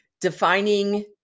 defining